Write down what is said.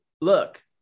Look